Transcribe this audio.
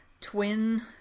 twin